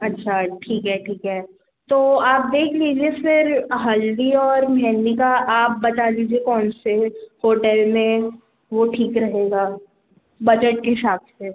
अच्छा ठीक है ठीक है तो आप देख लीजिए फिर हल्दी और मेहंदी का आप बता दीजिए कौन से होटल में वो ठीक रहेगा बजट के हिसाब से